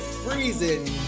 freezing